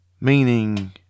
Meaning